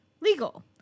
legal